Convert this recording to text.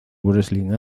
wrestling